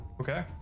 Okay